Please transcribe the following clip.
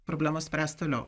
problemas spręs toliau